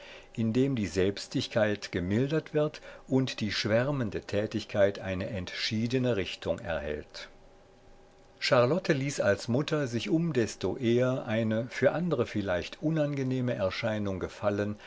indem die selbstigkeit gemildert wird und die schwärmende tätigkeit eine entschiedene richtung erhält charlotte ließ als mutter sich um desto eher eine für andere vielleicht unangenehme erscheinung gefallen